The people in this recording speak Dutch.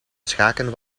schaken